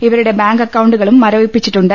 ഇവ രുടെ ബാങ്ക് അക്കൌണ്ടുകളും മരവിപ്പിച്ചിട്ടുണ്ട്